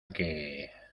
que